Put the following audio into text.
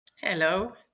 Hello